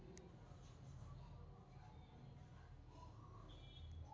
ಪಾಚಿ ಅದು ಒಂದ ರೋಗ ಬಾಳ ನೇರಿನ ಅಂಶ ಇರುಕಡೆ ಪಾಚಿ ಬೆಳಿತೆತಿ